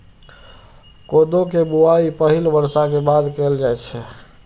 कोदो के बुआई पहिल बर्षा के बाद कैल जाइ छै